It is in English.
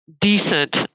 decent